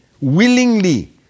willingly